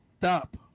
stop